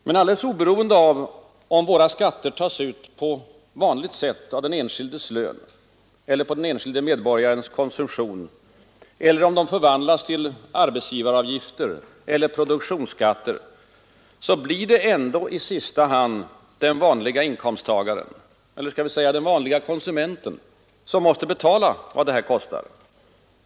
Men alldeles oberoende av om våra skatter tas ut på vanligt sätt av den enskildes lön eller på den enskilde medborgarens konsumtion, eller om de förvandlas till arbetsgivaravgifter eller produktionsskatter, blir det ändå i sista hand den vanlige inkomsttagaren — eller skall vi säga den vanlige konsumenten — som måste betala vad det här kostar.